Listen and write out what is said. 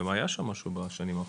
היה שם משהו בשנים האחרונות.